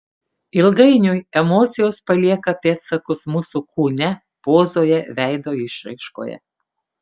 ilgainiui emocijos palieka pėdsakus mūsų kūne pozoje veido išraiškoje